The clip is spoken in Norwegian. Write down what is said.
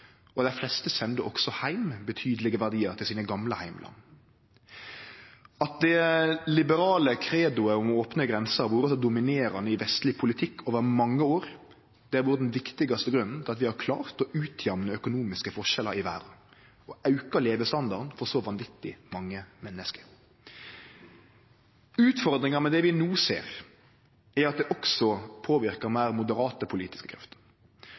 og dei fleste sender også betydelege verdiar til sine gamle heimland. At det liberale credoet om opne grenser har vore så dominerande i vestleg politikk over mange år, har vore den viktigaste grunnen til at vi har klart å utjamne økonomiske forskjellar i verda og å auke levestandarden for vanvitig mange menneske. Utfordringa med det vi no ser, er at det også påverkar meir moderate politiske krefter.